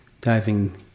diving